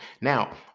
Now